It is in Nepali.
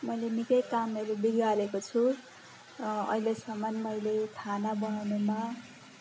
मैले निकै कामहरू बिगारेको छु ऐलेसम्मन् मैले खाना बनाउनुमा